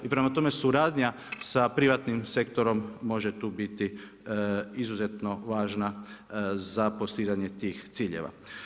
Prema tome suradnja sa privatnim sektorom može tu biti izuzetno važna za postizanje tih ciljeva.